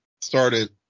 started